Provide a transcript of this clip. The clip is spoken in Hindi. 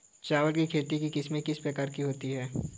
चावल की खेती की किस्में कितने प्रकार की होती हैं?